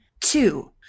Two